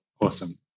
Awesome